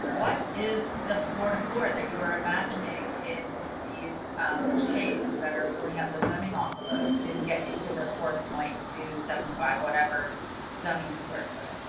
what is the florida floor that you are imagining in these shapes that are filling out the zoning on villa to get you to the four point two seven five? whatever zoning square foot.